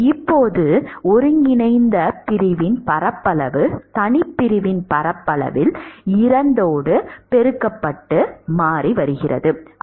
இப்போது ஒருங்கிணைந்த பிரிவின் பரப்பளவு தனிப் பிரிவின் பரப்பளவில் 2 ஆக மாறும்